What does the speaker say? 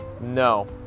No